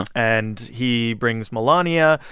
ah and he brings melania.